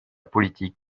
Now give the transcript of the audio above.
politique